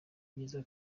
byiza